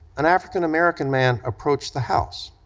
an african-american man approached the house.